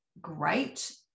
great